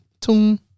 tune